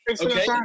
Okay